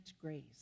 grace